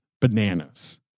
bananas